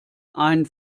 ein